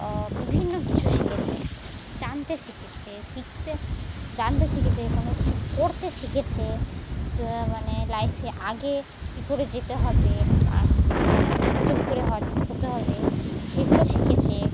বিভিন্ন কিছু শিখেছে জানতে শিখেছে শিখতে জানতে শিখেছে কোনো কিছু করতে শিখেছে মানে লাইফে আগে কী করে যেতে হবে মানে উন্নত কী করে হতে হবে সেগুলো শিখেছে